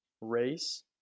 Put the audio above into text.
race